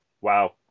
Wow